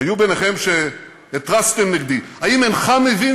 היו ביניכם שהתריסו נגדי: האם אינך מבין